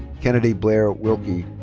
kennedy blaire wilkie.